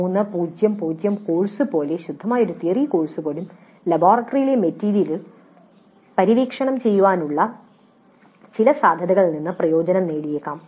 3 0 0 course പോലെ ശുദ്ധമായ ഒരു തിയറി കോഴ്സ് പോലും ലബോറട്ടറിയിലെ മെറ്റീരിയൽ പര്യവേക്ഷണം ചെയ്യാനുള്ള ചില സാധ്യതകളിൽ നിന്ന് പ്രയോജനം നേടിയേക്കാം